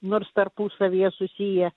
nors tarpusavyje susiję